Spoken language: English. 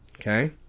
Okay